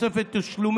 יושב-ראש הכנסת,